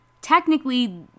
Technically